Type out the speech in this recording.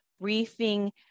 briefing